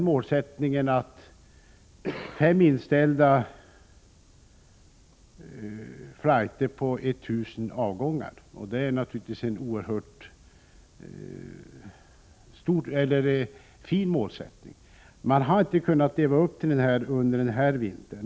Målsättningen är högst 5 inställda flighter på 1 000 avgångar, och det är naturligtvis en oerhört fin målsättning. Men man har inte kunnat leva upp till denna målsättning i vinter.